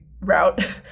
route